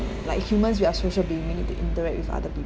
like humans we are social being need to interact with other people